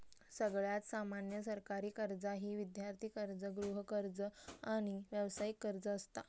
सगळ्यात सामान्य सरकारी कर्जा ही विद्यार्थी कर्ज, गृहकर्ज, आणि व्यावसायिक कर्ज असता